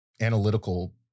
analytical